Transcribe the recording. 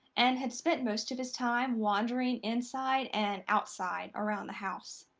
and had spent most of his time wandering inside and outside around the house.